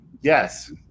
yes